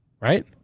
right